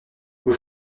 vous